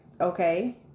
okay